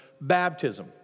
baptism